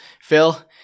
Phil